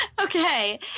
Okay